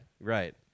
Right